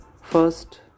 First